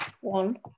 one